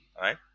right